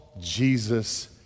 Jesus